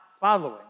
following